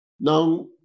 Now